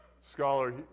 scholar